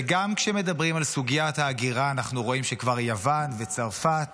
וגם כשמדברים על סוגיית ההגירה אנחנו רואים שכבר יוון וצרפת